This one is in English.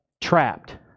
trapped